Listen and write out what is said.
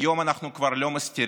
היום אנחנו כבר לא מסתירים.